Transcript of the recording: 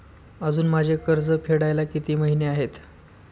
अजुन माझे कर्ज फेडायला किती महिने आहेत?